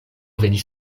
venis